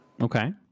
Okay